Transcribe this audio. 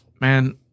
man